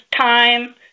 time